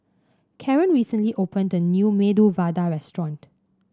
Caren recently opened the new Medu Vada Restaurant